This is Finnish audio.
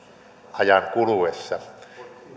ajan kuluessa